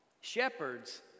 Shepherds